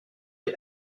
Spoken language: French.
les